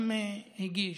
גם הגיש,